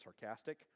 sarcastic